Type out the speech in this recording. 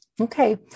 Okay